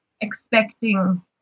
expecting